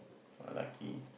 ah lucky